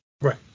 Right